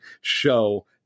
show